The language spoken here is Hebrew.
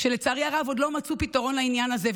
ולצערי הרב, עוד לא מצאו פתרון לעניין הזה.